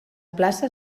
plaça